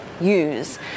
use